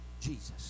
Jesus